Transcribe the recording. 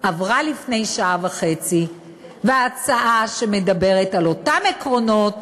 עברה לפני שעה וחצי והצעה שמדברת על אותם עקרונות